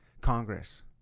Congress